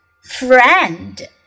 friend